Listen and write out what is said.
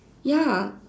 ya